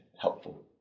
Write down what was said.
helpful